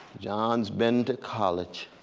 john's been to college.